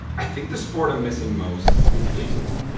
i think the sport i'm missing most is baseball.